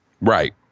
Right